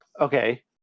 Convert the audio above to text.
Okay